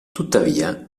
tuttavia